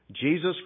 Jesus